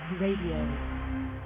Radio